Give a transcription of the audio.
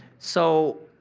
so,